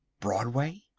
broadway!